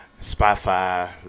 Spotify